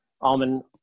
almond